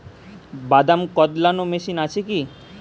বাদাম কদলানো মেশিন আছেকি?